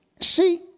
See